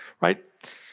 right